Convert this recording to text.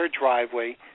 driveway